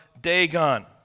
Dagon